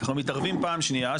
אנחנו מתערבים פעם שנייה,